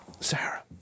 Sarah